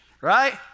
right